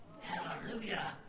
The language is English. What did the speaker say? Hallelujah